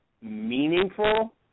meaningful